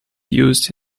used